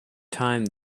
time